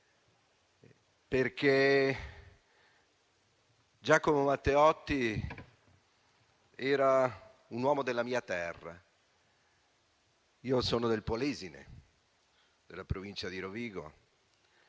perché Giacomo Matteotti era un uomo della mia terra. Io sono del Polesine, della provincia di Rovigo,